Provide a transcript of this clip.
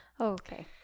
okay